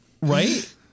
Right